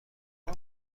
چون